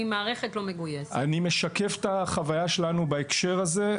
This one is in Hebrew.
אם המערכת לא מגויסת --- אני משקף את החוויה שלנו בהקשר הזה,